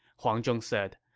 huang zhong said.